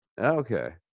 Okay